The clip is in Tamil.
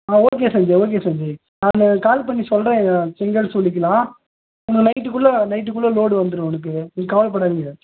ஆ ஓகே சஞ்ஜய் ஓகே சஞ்ஜய் நான் கால் பண்ணி சொல்றேன்ல்லை செங்கல் சூளைக்கெலாம் நம்ம நைட்டுக்குள்ளே நைட்டுக்குள்ளே லோடு வந்துடும் உனக்கு நீ கவலைப்படாதிங்க